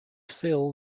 fill